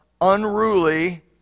unruly